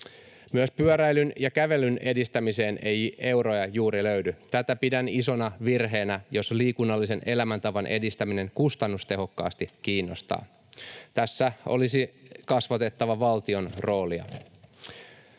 Myöskään pyöräilyn ja kävelyn edistämiseen ei euroja juuri löydy. Tätä pidän isona virheenä, jos liikunnallisen elämäntavan edistäminen kustannustehokkaasti kiinnostaa. Tässä olisi kasvatettava valtion roolia.